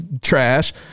Trash